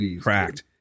cracked